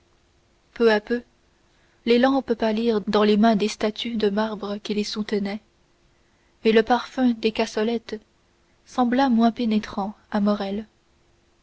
peu à peu les lampes pâlirent dans les mains des statues de marbre qui les soutenaient et le parfum des cassolettes sembla moins pénétrant à